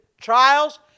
Trials